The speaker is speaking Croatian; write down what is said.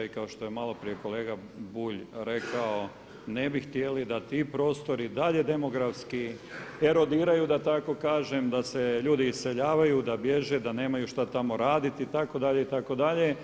I kao što je malo prije kolega Bulj rekao: ne bi htjeli da ti prostori dalje demografski erodiraju da tako kažem, da se ljudi iseljavaju, da bježe, da nemaju tamo šta tamo raditi itd., itd.